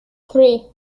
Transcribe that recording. three